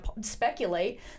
speculate